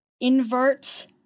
invert